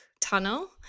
tunnel